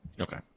Okay